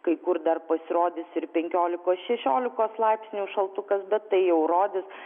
kai kur dar pasirodys ir penkiolikos šešiolikos laipsnių šaltukas bet tai jau rodys